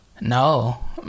No